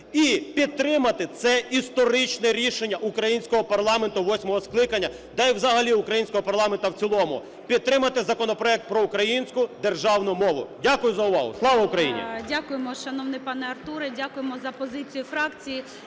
і підтримати це історичне рішення українського парламенту восьмого скликання да і взагалі українського парламенту в цілому, підтримати законопроект про українську державну мову. Дякую за увагу. Слава Україні! ГОЛОВУЮЧИЙ. Дякуємо, шановний пане Артуре. Дякуємо за позицію фракції.